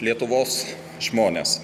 lietuvos žmonės